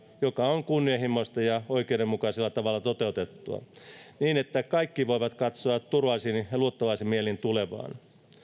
joka on kunnianhimoista ja oikeudenmukaisella tavalla toteutettua niin että kaikki voivat katsoa turvallisin ja luottavaisin mielin tulevaan